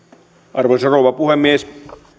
arvoisa rouva puhemies